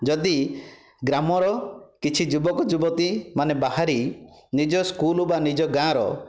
ଯଦି ଗ୍ରାମର କିଛି ଯୁବକ ଯୁବତୀମାନେ ବାହାରି ନିଜ ସ୍କୁଲ ବା ନିଜ ଗାଁର